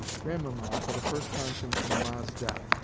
grandmamma, for the first time since mamma's death,